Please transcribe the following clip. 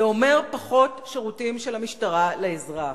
זה אומר פחות שירותים של המשטרה לאזרח.